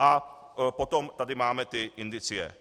A potom tady máme ty indicie.